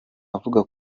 avuga